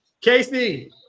Casey